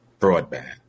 broadband